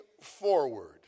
forward